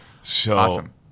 Awesome